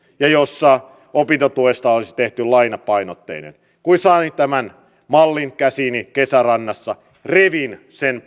ja jossa opintotuesta olisi tehty lainapainotteinen kun sain tämän mallin käsiini kesärannassa revin sen